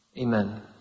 Amen